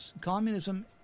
communism